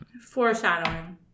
Foreshadowing